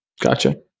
gotcha